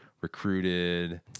recruited